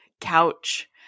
couch